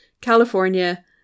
California